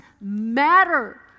matter